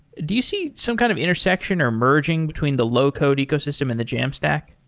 do you see some kind of intersection are merging between the low-code ecosystem and the jamstack?